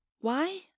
Why